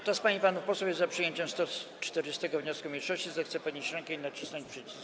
Kto z pań i panów posłów jest za przyjęciem 140. wniosku mniejszości, zechce podnieść rękę i nacisnąć przycisk.